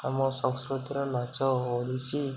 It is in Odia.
ଆମ ସଂସ୍କୃତିର ନାଚ ଓଡ଼ିଶୀ